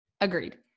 Agreed